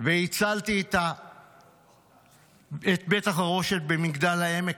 והצלתי את בית החרושת שבמגדל העמק,